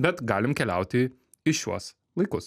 bet galim keliauti į šiuos laikus